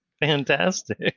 fantastic